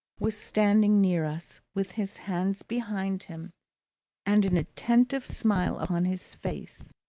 was standing near us with his hands behind him and an attentive smile upon his face.